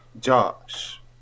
Josh